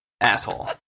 asshole